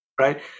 right